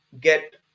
get